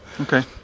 Okay